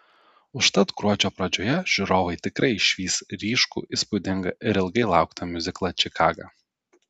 užtat gruodžio pradžioje žiūrovai tikrai išvys ryškų įspūdingą ir ilgai lauktą miuziklą čikaga